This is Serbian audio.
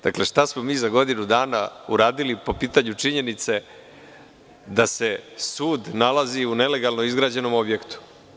Dakle, šta smo mi za godinu dana uradili po pitanju činjenice da se sud nalazi u nelegalno izgrađenom objektu?